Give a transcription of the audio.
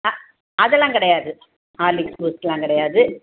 ஆ அதெல்லாம் கிடையாது ஹார்லிக்ஸ் பூஸ்ட்லாம் கிடையாது